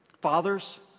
Fathers